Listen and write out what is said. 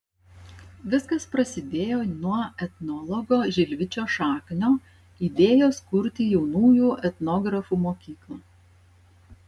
viskas prasidėjo nuo etnologo žilvičio šaknio idėjos kurti jaunųjų etnografų mokyklą